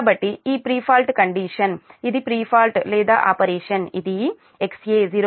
కాబట్టి ఈ pre fault condition ఇది ప్రీ ఫాల్ట్ లేదా ఆపరేషన్ ఇది XA 0